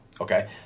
Okay